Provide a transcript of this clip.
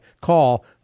call